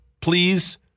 please